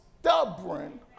stubborn